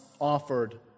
offered